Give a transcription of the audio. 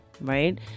right